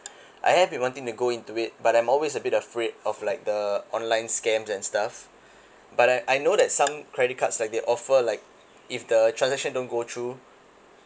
I have been wanting to go into it but I'm always a bit afraid of like the online scams and stuff but I I know that some credit cards like they offer like if the transaction don't go through